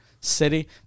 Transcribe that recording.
city